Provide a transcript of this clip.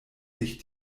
sich